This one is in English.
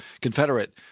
Confederate